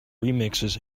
remixes